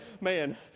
man